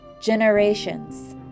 generations